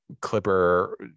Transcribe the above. clipper